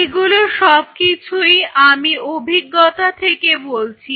এগুলো সব কিছুই আমি অভিজ্ঞতা থেকে বলছি